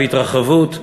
התרחבות ושגשוג,